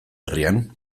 herrian